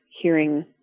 hearing